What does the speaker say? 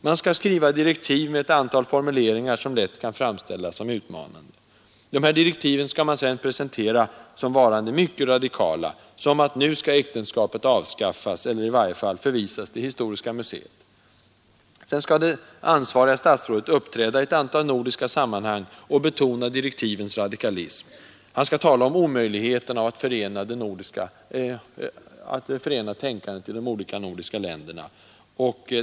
Man skall skriva direktiv med ett antal formuleringar som lätt kan framställas som utmanande. De här direktiven skall man sedan presentera såsom varande mycket radikala, som att nu skall äktenskapet avskaffas eller i varje fall förvisas till historiska museet. Sedan skall det ansvariga statsrådet uppträda i ett antal nordiska sammanhang och betona direktivens radikalism. Han skall tala om omöjligheten av att förena tänkandet i de olika nordiska länderna.